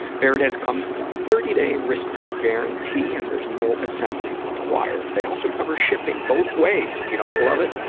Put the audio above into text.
varidesk comes with a thirty day risk-free guarantee, and there's no assembly required. they also cover shipping both ways. if you don't love it,